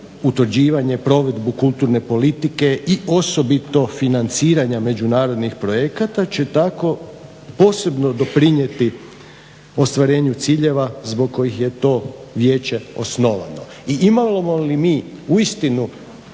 utvrđivanje i provedbu kulturne politike i osobito financiranja međunarodnih projekata će tako posebno doprinijeti ostvarenju ciljeva zbog kojih je to vijeće osnovano? I imamo li mi uistinu